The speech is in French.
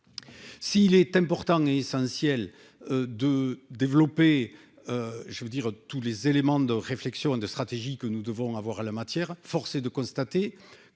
s'il est important et essentiel de développer, je veux dire, tous les éléments de réflexion et de stratégie que nous devons avoir à la matière forcé de constater que